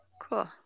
cool